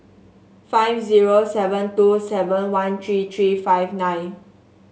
five zero seven two seven one three three five nine